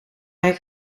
mijn